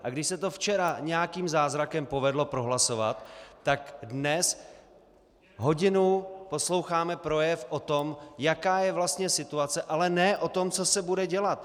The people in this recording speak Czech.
A když se to včera nějakým zázrakem povedlo prohlasovat, tak dnes hodinu posloucháme projev o tom, jaká je vlastně situace, ale ne o tom, co se bude dělat.